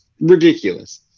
ridiculous